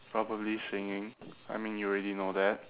probably singing I mean you already know that